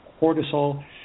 cortisol